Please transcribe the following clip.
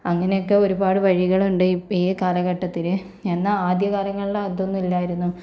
അങ്ങനെയൊക്കെ ഒരുപാട് വഴികളുണ്ട് ഈ കാലഘട്ടത്തില് എന്നാൽ ആദ്യ കാലങ്ങളില് അതൊന്നും ഇല്ലായിരുന്നു